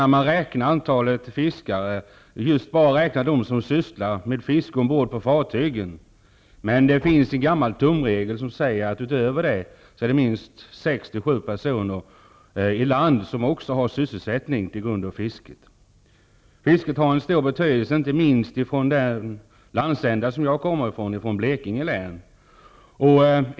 När man räknar antalet fiskare, brukar man räkna just bara dem som sysslar med fiske ombord på varje fiskefartyg, men det finns en gammal tumregel som säger att utöver detta antal är det minst 6--7 personer som har sysselsättning på land till följd av fisket. Fisket har en stor betydelse, inte minst i den landsända som jag kommer ifrån, nämligen i Blekinge län.